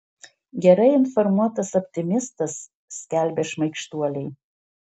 gerai informuotas optimistas skelbia šmaikštuoliai